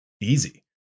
easy